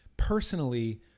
personally